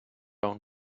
own